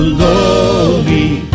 lonely